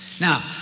Now